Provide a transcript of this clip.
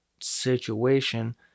situation